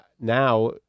now